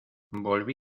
volví